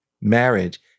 Marriage